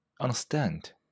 understand